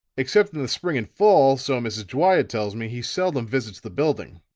except in the spring and fall, so mrs. dwyer tells me, he seldom visits the building.